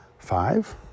Five